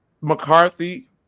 McCarthy